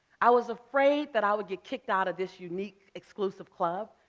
i was afraid that i would get kicked out of this unique, exclusive club.